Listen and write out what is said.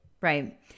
right